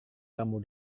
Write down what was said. kamu